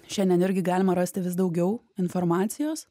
šiandien irgi galima rasti vis daugiau informacijos